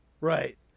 Right